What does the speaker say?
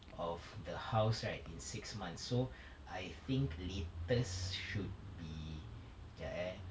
of the house right in six months so I think latest should be kejap eh